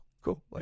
Cool